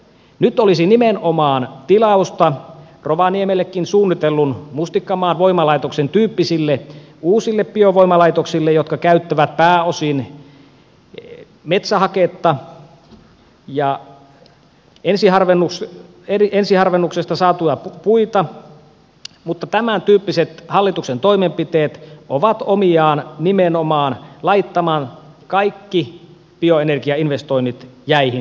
nyt olisi nimenomaan tilausta rovaniemellekin suunnitellun mustikkamaan voimalaitoksen tyyppisille uusille biovoimalaitoksille jotka käyttävät pääosin metsähaketta ja ensiharvennuksesta saatuja puita mutta tämäntyyppiset hallituksen toimenpiteet ovat omiaan nimenomaan laittamaan kaikki bioenergiainvestoinnit jäihin suomessa